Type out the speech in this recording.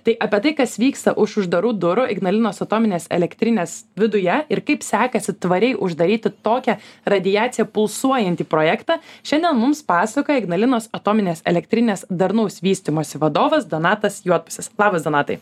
tai apie tai kas vyksta už uždarų durų ignalinos atominės elektrinės viduje ir kaip sekasi tvariai uždaryti tokią radiacija pulsuojantį projektą šiandien mums pasakoja ignalinos atominės elektrinės darnaus vystymosi vadovas donatas juodpusis labas donatai